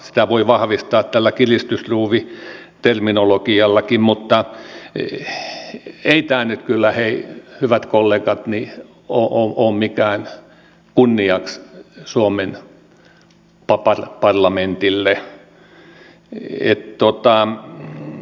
sitä voi vahvistaa tällä kiristysruuviterminologiallakin mutta ei tämä nyt kyllä hei hyvät kollegat ole mitenkään kunniaksi suomen parlamentille